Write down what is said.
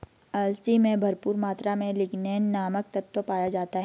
अलसी में भरपूर मात्रा में लिगनेन नामक तत्व पाया जाता है